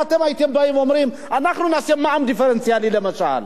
אם אתם הייתם באים ואומרים: אנחנו נעשה מע"מ דיפרנציאלי למשל,